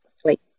sleep